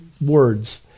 words